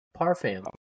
Parfam